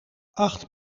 acht